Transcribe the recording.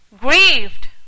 grieved